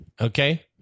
okay